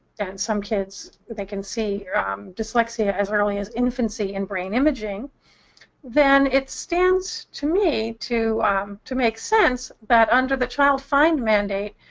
and some kids they can see dyslexia as early as infancy in brain imaging then it stands to me to um to make sense that under the child find mandate,